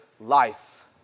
life